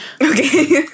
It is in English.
Okay